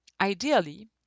Ideally